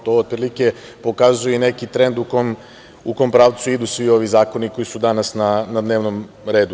To otprilike pokazuje i neki trend u kome pravcu idu svi ovi zakoni koji su danas na dnevnom redu.